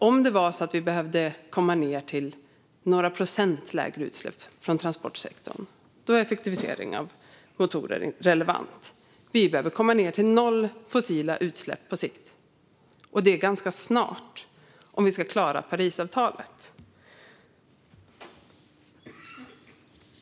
Om det var så att vi behövde komma ned till några procent lägre utsläpp från transportsektorn är effektivisering av motorer relevant. Men vi behöver komma ned till noll fossila utsläpp på sikt, och det är ganska snart om vi ska klara Parisavtalet.